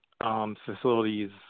Facilities